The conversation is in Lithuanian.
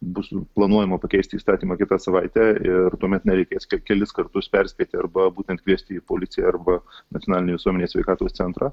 bus planuojama pakeisti įstatymą kitą savaitę ir tuomet nereikės ke kelis kartus perspėti arba būtent kviesti į policiją arba nacionalinį visuomenės sveikatos centrą